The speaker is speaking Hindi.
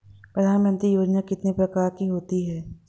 प्रधानमंत्री योजना कितने प्रकार की होती है?